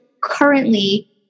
currently